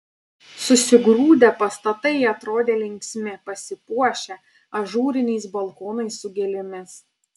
susigrūdę pastatai atrodė linksmi pasipuošę ažūriniais balkonais su gėlėmis